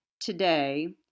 Today